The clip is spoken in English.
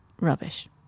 rubbish